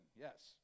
Yes